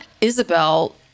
Isabel